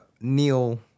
Neil